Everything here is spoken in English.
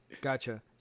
Gotcha